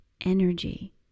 energy